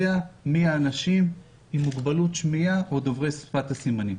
מי האנשים עם מוגבלות שמיעה או דובר שפת הסימנים.